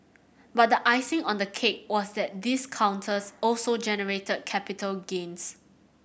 but the icing on the cake was that these counters also generated capital gains